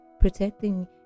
protecting